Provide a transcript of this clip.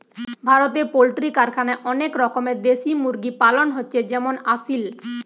ভারতে পোল্ট্রি কারখানায় অনেক রকমের দেশি মুরগি পালন হচ্ছে যেমন আসিল